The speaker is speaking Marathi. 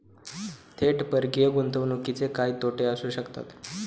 थेट परकीय गुंतवणुकीचे काय तोटे असू शकतात?